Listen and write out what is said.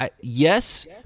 Yes